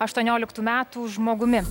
aštuonioliktų metų žmogumi